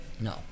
No